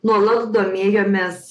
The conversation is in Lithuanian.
nuolat domėjomės